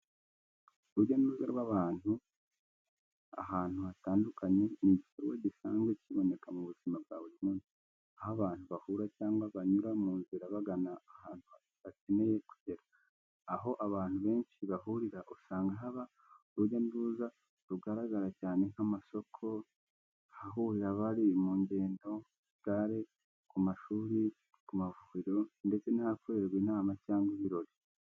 Urujya n’uruza rw’abantu ahantu hatandukanye ni igikorwa gisanzwe kiboneka mu buzima bwa buri munsi, aho abantu bahura cyangwa banyura mu nzira bagana ahantu bakeneye kugera. Aho abantu benshi bahurira usanga haba urujya n’uruza rugaragara cyane nk’amasoko, ahahurira abari mu ngendo (gare), ku mashuri, ku mavuriro, ndetse n’ahakorerwa inama cyangwa ibirori.